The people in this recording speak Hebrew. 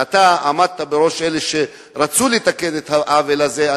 שאתה עמדת בראש אלה שרצו לתקן את העוול הזה,